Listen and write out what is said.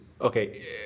okay